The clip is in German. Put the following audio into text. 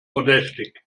verdächtig